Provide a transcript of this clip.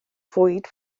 fwyd